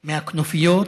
מהכנופיות,